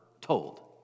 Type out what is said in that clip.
told